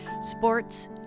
sports